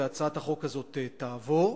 והצעת החוק הזאת תעבור.